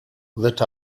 lit